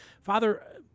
Father